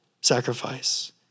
sacrifice